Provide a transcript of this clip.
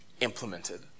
implemented